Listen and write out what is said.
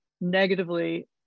negatively